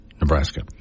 Nebraska